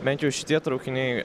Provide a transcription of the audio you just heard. bent jau šitie traukiniai